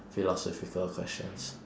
philosophical questions